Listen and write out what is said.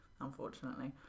unfortunately